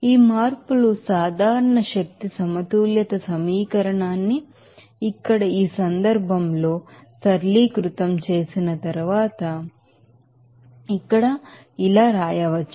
ఈ మార్పులు general energy balance equation న్ని ఇక్కడ ఈ సందర్భంలో సరళీకృతం చేసిన తరువాత ఇక్కడ ఇలా వ్రాయవచ్చు